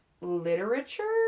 literature